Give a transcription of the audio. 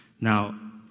Now